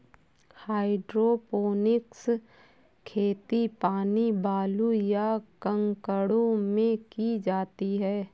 hydroponics खेती पानी, बालू, या कंकड़ों में की जाती है